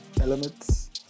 elements